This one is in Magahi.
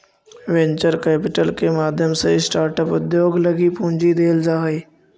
वेंचर कैपिटल के माध्यम से स्टार्टअप उद्योग लगी पूंजी देल जा हई